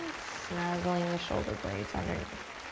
snuggling the shoulder blades underneath.